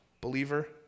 believer